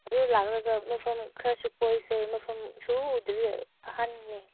ꯑꯗꯨꯗ ꯂꯥꯛꯂꯒ ꯃꯐꯝ ꯈꯔꯁꯨ ꯀꯣꯏꯁꯦ ꯃꯐꯝ ꯁꯨꯡꯎ ꯎꯗ꯭ꯔꯤ ꯑꯍꯥꯟꯕꯅꯦ